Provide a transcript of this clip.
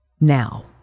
Now